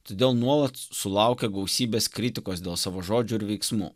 todėl nuolat sulaukia gausybės kritikos dėl savo žodžių ir veiksmų